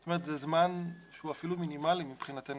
זאת אומרת זה זמן שהוא אפילו מינימלי מבחינתנו